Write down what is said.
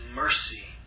mercy